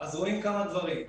רואים כמה דברים.